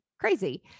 crazy